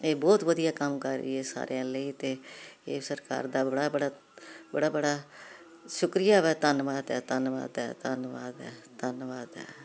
ਇਹ ਬਹੁਤ ਵਧੀਆ ਕੰਮ ਕਰ ਰਹੀ ਹੈ ਸਾਰਿਆਂ ਲਈ ਤੇ ਇਹ ਸਰਕਾਰ ਦਾ ਬੜਾ ਬੜਾ ਬੜਾ ਬੜਾ ਸ਼ੁਕਰੀਆ ਵਾ ਧੰਨਵਾਦ ਐ ਧੰਨਵਾਦ ਐ ਧੰਨਵਾਦ ਐ ਧੰਨਵਾਦ ਐ ਧੰਨਵਾਦ